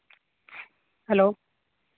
hello